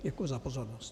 Děkuji za pozornost.